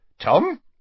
Tom